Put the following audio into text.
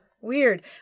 weird